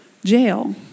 jail